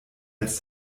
als